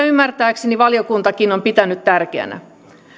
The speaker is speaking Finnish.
ymmärtääkseni valiokuntakin on pitänyt tärkeänä